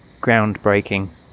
groundbreaking